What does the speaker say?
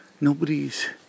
nobody's